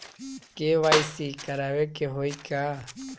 KYC करावे के होई का?